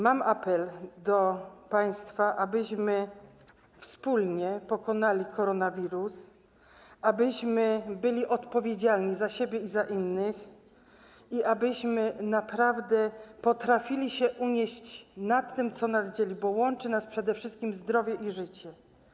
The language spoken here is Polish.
Mam apel do państwa, abyśmy wspólnie pokonali koronawirusa, abyśmy byli odpowiedzialni za siebie i za innych i abyśmy naprawdę potrafili się wznieść ponad to, co nas dzieli, bo łączy nas przede wszystkim zdrowie i życie.